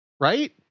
right